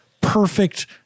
perfect